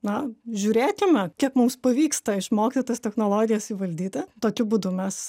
na žiūrėkime kiek mums pavyksta išmokyti tas technologijas įvaldyti tokiu būdu mes